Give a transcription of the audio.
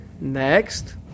next